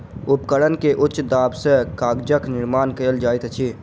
उपकरण के उच्च दाब सॅ कागजक निर्माण कयल जाइत अछि